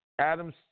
Adams